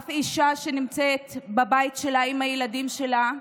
אף אישה שנמצאת בבית שלה, עם הילדים שלה,